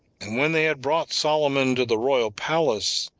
and when they had brought solomon to the royal palace,